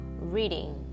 reading